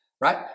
right